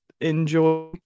enjoy